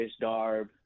darb